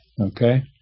Okay